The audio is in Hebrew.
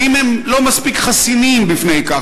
האם הם לא מספיק חסינים בפני כך?